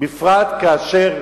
בפרט כאשר